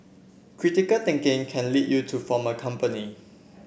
critical thinking can lead you to form a company